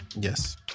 Yes